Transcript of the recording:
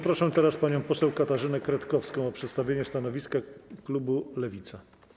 Proszę panią poseł Katarzynę Kretkowską o przedstawienie stanowiska klubu Lewica.